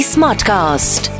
Smartcast